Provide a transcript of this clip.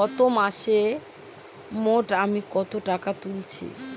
গত মাসে মোট আমি কত টাকা তুলেছি?